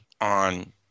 on